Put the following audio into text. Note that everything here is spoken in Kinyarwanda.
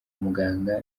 muganga